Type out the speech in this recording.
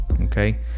okay